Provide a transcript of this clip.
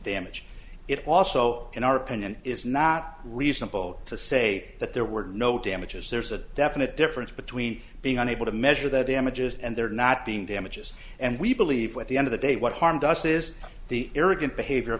damage it also in our opinion is not reasonable to say that there were no damages there's a definite difference between being unable to measure the damages and there not being damages and we believe with the end of the day what harmed us is the arrogant behavior of